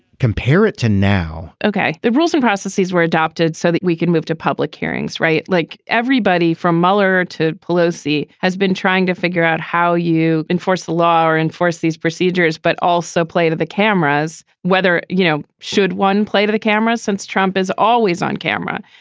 compare it to now ok. there are rules and processes were adopted so that we can move to public hearings. right. like everybody from mueller to pelosi has been trying to figure out how you enforce the law or enforce these procedures but also play to the cameras whether you know should one play to the cameras since trump is always on camera.